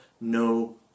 no